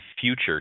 Future